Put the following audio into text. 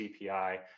CPI